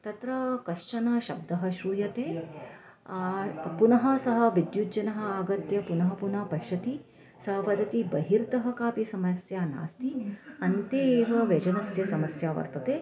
तत्र कश्चन शब्दः श्रूयते पुनः सः विद्युज्जनः आगत्य पुनः पुनः पश्यति सा वदति बहिर्तः कापि समस्या नास्ति अन्ते एव व्यजनस्य समस्या वर्तते